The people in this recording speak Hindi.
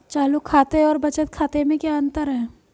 चालू खाते और बचत खाते में क्या अंतर है?